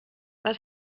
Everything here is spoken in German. was